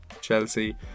Chelsea